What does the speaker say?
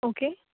okay